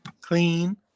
clean